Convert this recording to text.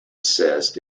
cyst